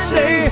Say